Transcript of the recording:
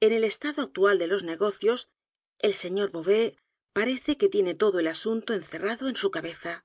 en el estado actual de los negocios el sr beauvais parece que tiene todo el asunto encerrado en su cabeza